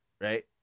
right